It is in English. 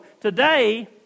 today